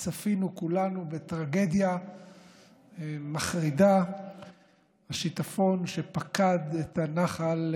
צפינו כולנו בטרגדיה מחרידה בשיטפון שפקד את הנחל,